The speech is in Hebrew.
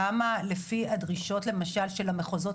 כמה לפי הדרישות, למשל, של המחוזות?